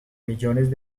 millones